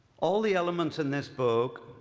all the elements in this book,